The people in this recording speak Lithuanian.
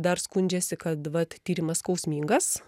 dar skundžiasi kad vat tyrimas skausmingas